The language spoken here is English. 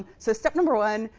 so step number one,